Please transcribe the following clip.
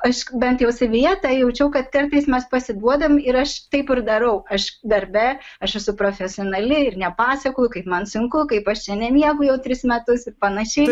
aš bent jau savyje tą jaučiau kad kartais mes pasiduodam ir aš taip ir darau aš darbe aš esu profesionali ir nepasakoju kaip man sunku kaip aš čia nemiegu jau tris metus ir panašiai